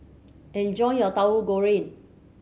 enjoy your Tahu Goreng